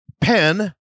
pen